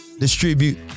distribute